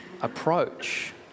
approach